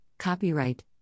copyright